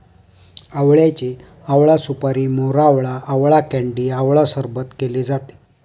आवळ्याचे आवळा सुपारी, मोरावळा, आवळा कँडी आवळा सरबत केले जाते